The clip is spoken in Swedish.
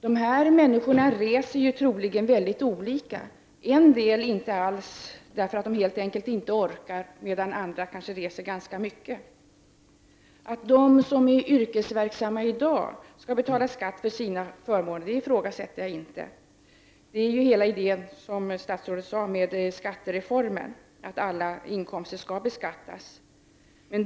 Dessa människor reser troligen väldigt olika; en del reser inte alls, därför att de helt enkelt inte orkar, medan andra reser ganska mycket. Att de som är yrkesverksamma i dag skall betala skatt för sina förmåner ifrågasätter jag inte — det är hela idén med skattereformen, som statsrådet sade, att alla inkomster skall beskattas.